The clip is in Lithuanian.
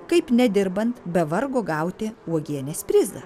kaip nedirbant be vargo gauti uogienės prizą